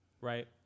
right